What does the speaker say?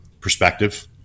perspective